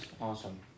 Awesome